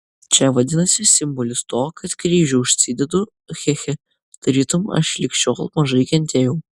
čia vadinasi simbolis to kad kryžių užsidedu che che tarytum aš lig šiol mažai kentėjau